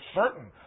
certain